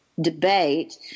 debate